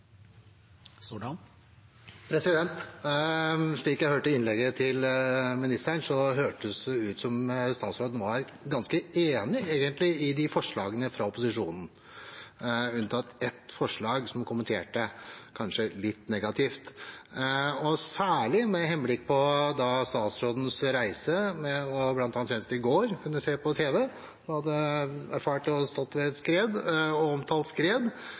Slik jeg hørte innlegget til ministeren, hørtes det ut som om statsråden egentlig var ganske enig i forslagene fra opposisjonen, unntatt ett forslag som han kanskje kommenterte litt negativt. Særlig med henblikk på statsrådens reise – senest i går kunne man se på tv at han hadde erfart å stå ved et skred og omtalte et skred